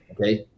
okay